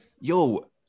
yo –